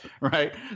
right